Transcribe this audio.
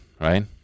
right